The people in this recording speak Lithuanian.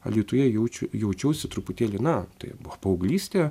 alytuje jaučiu jaučiausi truputėlį na tai buvo paauglystė